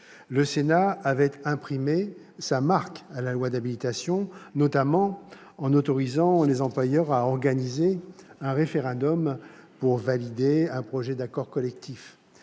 Le Sénat avait imprimé sa marque sur la loi d'habilitation, notamment en autorisant les employeurs à organiser un référendum pour valider un projet d'accord collectif,